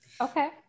Okay